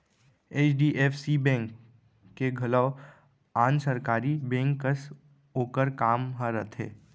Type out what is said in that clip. HDFC bank के घलौ आन सरकारी बेंक कस ओकर काम ह रथे